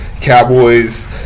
Cowboys